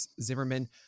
Zimmerman